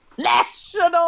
National